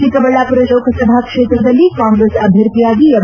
ಚಿಕ್ಕಬಳ್ಳಾಪುರ ಲೋಕಸಭಾ ಕ್ಷೇತ್ರದಲ್ಲಿ ಕಾಂಗ್ರೆಸ್ ಅಭ್ಯರ್ಥಿಯಾಗಿ ಎಂ